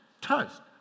toast